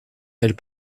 elles